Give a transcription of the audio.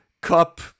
Cup